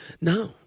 no